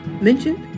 mentioned